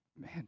man